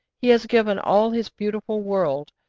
he has given all his beautiful world,